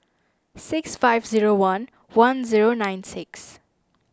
six five zero one one zero nine six